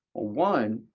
ah one,